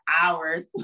hours